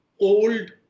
old